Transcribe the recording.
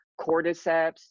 cordyceps